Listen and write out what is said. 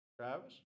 Travis